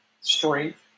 strength